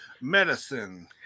medicine